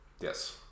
Yes